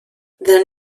then